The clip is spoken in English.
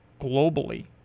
globally